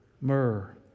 Myrrh